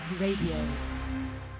Radio